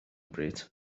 bryd